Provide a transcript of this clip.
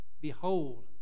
behold